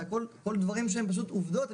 זה הכול דברים שהם פשוט עובדות,